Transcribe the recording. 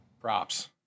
Props